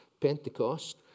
Pentecost